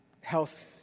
health